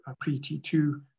pre-T2